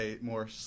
more